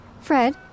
Fred